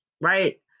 right